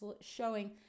showing